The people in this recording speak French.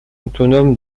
autonome